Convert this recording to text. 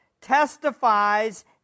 testifies